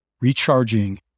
recharging